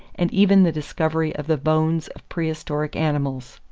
and even the discovery of the bones of prehistoric animals.